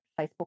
Facebook